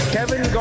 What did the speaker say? Kevin